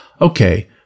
Okay